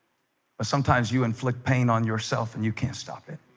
but sometimes you inflict pain on yourself, and you can't stop it,